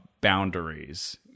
Boundaries